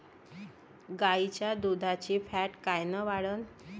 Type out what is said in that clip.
गाईच्या दुधाची फॅट कायन वाढन?